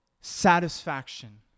Satisfaction